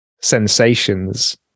sensations